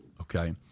Okay